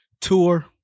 tour